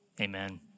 Amen